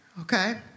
Okay